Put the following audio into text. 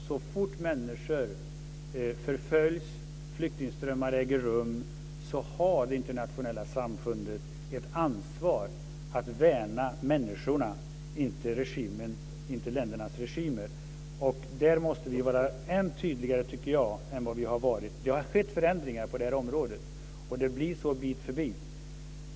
Så fort människor förföljs och flyktingströmmar äger rum så har det internationella samfundet ett ansvar för att värna människorna, och inte ländernas regimer. Där måste vi vara ännu tydligare än vad vi har varit. Det har skett förändringar på detta område, och det sker fler bit för bit.